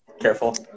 Careful